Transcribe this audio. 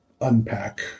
unpack